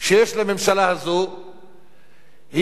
שיש לממשלה זאת איך